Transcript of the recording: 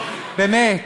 באמת,